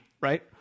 right